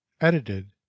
edited